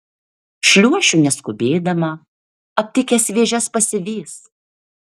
šliuošiu neskubėdama aptikęs vėžes pasivys